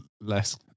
less